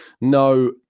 no